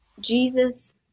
Jesus